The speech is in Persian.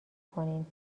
کنین